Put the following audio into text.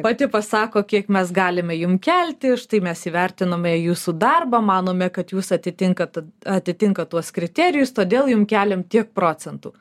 pati pasako kiek mes galime jum kelti štai mes įvertinome jūsų darbą manome kad jūs atitinkat atitinkat tuos kriterijus todėl jum keliam tiek procentų